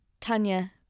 Tanya